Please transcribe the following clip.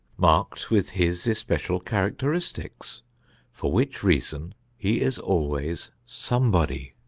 marked with his especial characteristics for which reason he is always some body.